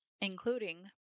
Including